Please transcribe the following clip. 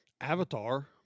avatar